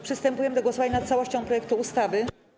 Przystępujemy do głosowania nad całością projektu ustawy.